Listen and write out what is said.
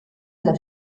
alla